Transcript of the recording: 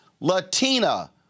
Latina